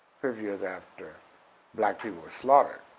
fifty years after black people were slaughtered,